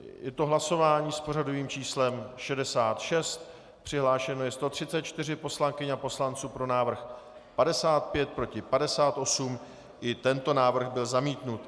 Je to hlasování s pořadovým číslem 66, přihlášeno je 134 poslankyň a poslanců, pro návrh 55, proti 58, i tento návrh byl zamítnut.